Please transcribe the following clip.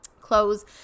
close